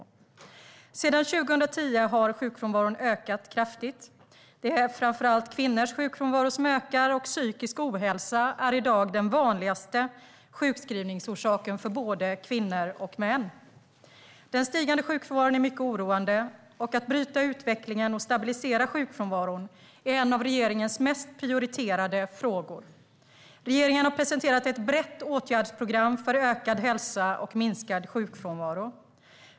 Sedan 2010 har sjukfrånvaron ökat kraftigt. Det är framför allt kvinnors sjukfrånvaro som ökar, och psykisk ohälsa är i dag den vanligaste sjukskrivningsorsaken för både kvinnor och män. Den stigande sjukfrånvaron är mycket oroande. Att bryta utvecklingen och stabilisera sjukfrånvaron är en av regeringens mest prioriterade frågor. Regeringen har presenterat ett brett åtgärdsprogram för ökad hälsa och minskad sjukfrånvaro.